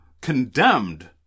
condemned